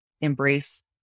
embrace